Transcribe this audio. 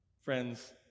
Friends